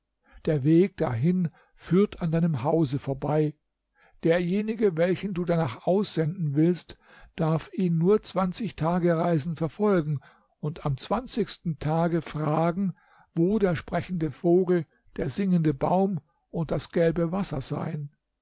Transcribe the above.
der weg dahin führt an deinem hause vorbei derjenige welchen du danach aussenden willst darf ihn nur zwanzig tagereisen verfolgen und am zwanzigsten tage fragen wo der sprechende vogel der singende baum und das gelbe wasser seien